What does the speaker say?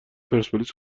پرسپولیس